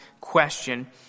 question